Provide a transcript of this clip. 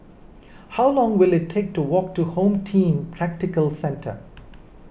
how long will it take to walk to Home Team Tactical Centre